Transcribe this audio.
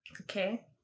Okay